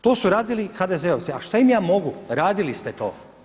To su radili HDZ-ovci, a šta im ja mogu, radili ste to.